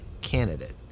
candidate